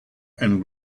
and